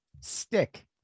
Stick